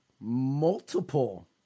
multiple